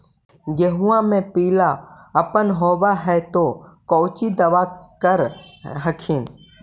गोहुमा मे पिला अपन होबै ह तो कौची दबा कर हखिन?